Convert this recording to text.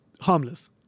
harmless